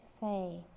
say